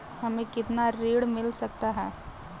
हमें कितना ऋण मिल सकता है?